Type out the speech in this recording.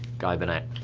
guy burnet.